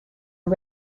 are